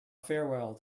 farewell